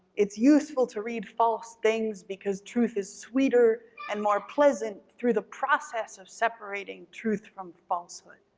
it's useful to read false things because truth is sweeter and more pleasant through the process of separating truth from falsehood.